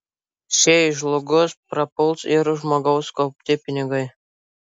šiai žlugus prapuls ir žmogaus kaupti pinigai